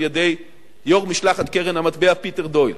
על-ידי יושב-ראש משלחת קרן המטבע פיטר דויל.